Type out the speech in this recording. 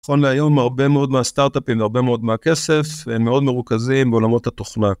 נכון להיום הרבה מאוד מהסטארט-אפים, והרבה מאוד מהכסף, הם מאוד מרוכזים בעולמות התוכנה.